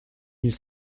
mille